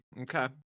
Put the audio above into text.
Okay